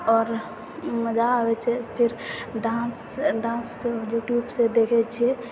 आओर मजा आबै छै फेर डान्स डान्ससँ यूट्यूबसँ देखै छिए